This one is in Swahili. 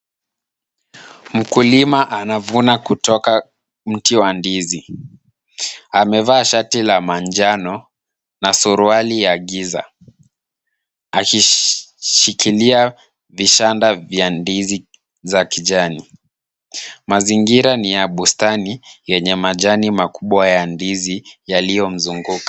Mkulima anavuna kutoka mti wa ndizi. Amevaa shati la manjano na suruali ya giza, akishikilia vishada vya ndizi za kijani. Mazingira ni ya bustani yenye majani makubwa ya ndizi yaliyo mzunguka.